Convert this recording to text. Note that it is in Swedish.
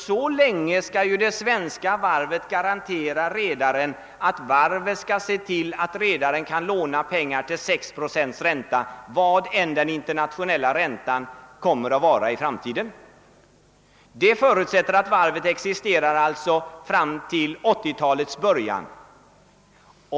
Så länge skall det svenska varvet garantera redaren att han kan låna pengar till 6 procents ränta vad än den internationella räntan kommer att vara i framtiden. Det förutsätter att varvet existerar fram till 1980-talets början.